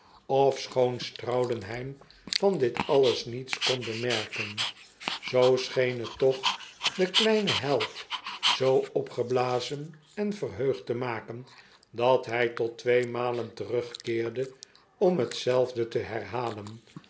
ofschoon straudenheim van dit alles niets kon bemerken zoo scheen t toch den kleinen held zoo opgeblazen en verheugd te maken dat hij tot tweemalen terugkeerde om hetzelfde te herhalen